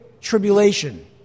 tribulation